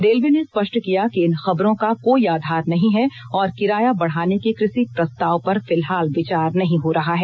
railway ने स्पष्ट किया कि इन खबरों का कोई आधार नहीं है और किराया बढ़ाने के किसी प्रस्ताव पर फिलहाल विचार नहीं हो रहा है